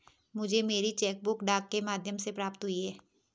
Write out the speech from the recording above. मुझे मेरी cheque book डाक के माध्यम से प्राप्त हुई है